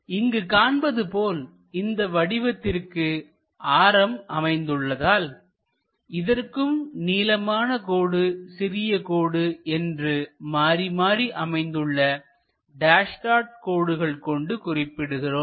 இங்கு காண்பது போல் இந்த வடிவத்திற்கு ஆரம் அமைந்துள்ளதால் இதற்கும் நீளமான கோடு சிறிய கோடு என்று மாறி மாறி அமைந்துள்ள டேஸ் டாட் கோடுகள் கொண்டு குறிப்பிடுகிறோம்